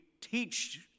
teach